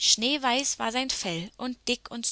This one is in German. schneeweiß war sein fell und dick und